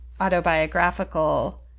autobiographical